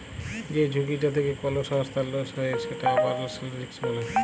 যে ঝুঁকিটা থেক্যে কোল সংস্থার লস হ্যয়ে যেটা অপারেশনাল রিস্ক বলে